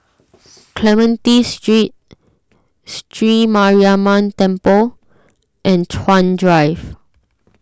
Clementi Street Sri Mariamman Temple and Chuan Drive